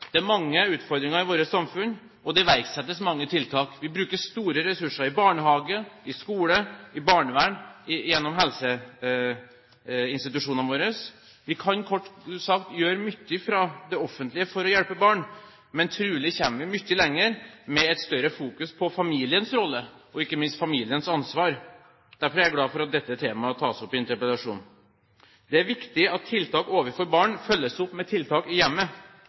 Det er mange utfordringer i samfunnet vårt, og det iverksettes mange tiltak. Vi bruker store ressurser i barnehage, i skole, i barnevern og gjennom helseinstitusjonene våre. Vi kan, kort sagt, gjøre mye fra det offentlige for å hjelpe barn, men trolig kommer vi mye lenger med et større fokus på familiens rolle og ikke minst familiens ansvar. Derfor er jeg glad for at dette temaet tas opp i en interpellasjon. Det er viktig at tiltak overfor barn følges opp med tiltak i hjemmet.